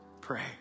Pray